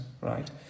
right